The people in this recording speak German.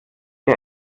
der